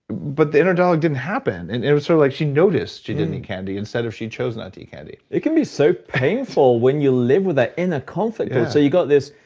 but the inner dialogue didn't happen. and it was sort of like she noticed she didn't eat candy instead of she chose not to eat candy. it can be so painful when you live with that inner conflict. so you got this,